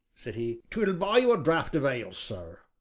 said he, t will buy you a draught of ale, sir,